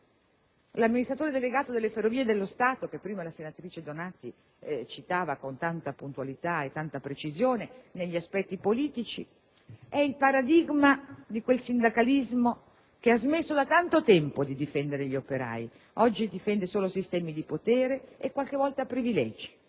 L'amministratore delegato delle Ferrovie dello Stato, che prima la senatrice Donati citava con tanta puntualità e precisione negli aspetti politici, è il paradigma di quel sindacalismo che ha smesso da tanto tempo di difendere gli operai. Oggi difende solo sistemi di potere e qualche volta privilegi.